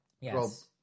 Yes